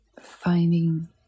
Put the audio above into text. finding